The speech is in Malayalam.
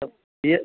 അ ബിയർ